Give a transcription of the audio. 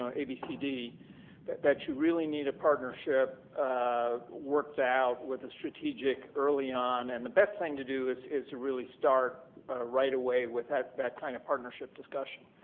ah b. c. d that that you really need a partnership worked out with a strategic early on and the best thing to do is is to really start right away with that that kind of partnership discussion.